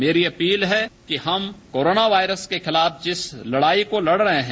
मेरी अपील है कि हम कोरोना वायरस के खिलाफ जिस लड़ाई को लड़ रहे है